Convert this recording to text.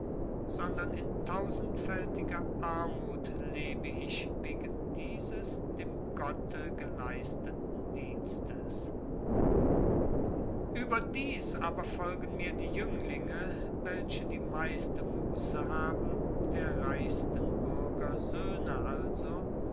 sondern in tausendfältiger armut lebe ich wegen dieses dem gotte geleisteten dienstes überdies aber folgen mir die jünglinge welche die meiste muße haben der reichsten bürger söhne also